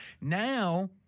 Now